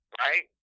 right